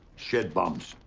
shit bums.